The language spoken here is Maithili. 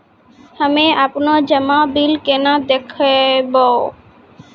हम्मे आपनौ जमा बिल केना देखबैओ?